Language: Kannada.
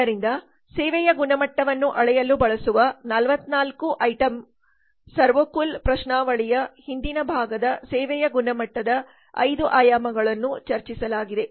ಆದ್ದರಿಂದ ಸೇವೆಯ ಗುಣಮಟ್ಟವನ್ನು ಅಳೆಯಲು ಬಳಸುವ 44 ಐಟಂ ಸೆರ್ವ್ಕ್ವಾಲ್ ಪ್ರಶ್ನಾವಳಿಯ ಹಿಂದಿನ ಭಾಗದ ಸೇವೆಯ ಗುಣಮಟ್ಟದ 5 ಆಯಾಮಗಳು ಚರ್ಚಿಸಲಾಗಿದೆ